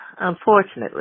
unfortunately